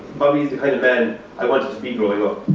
bobby is the kind of man i wanted to be growing up.